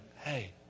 hey